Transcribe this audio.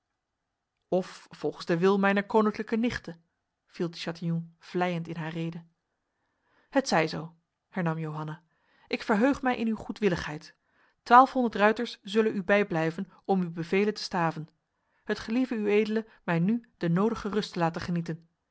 of volgens de wil mijner koninklijke nichte viel de chatillon vleiend in haar rede het zij zo hernam johanna ik verheug mij in uw goedwilligheid twaalfhonderd ruiters zullen u bijblijven om uw bevelen te staven het gelieve uedele mij nu de nodige rust te laten genieten